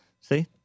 See